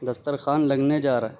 دسترخوان لگنے جا رہا ہے